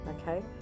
okay